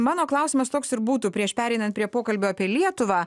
mano klausimas toks ir būtų prieš pereinant prie pokalbio apie lietuvą